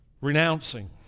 renouncing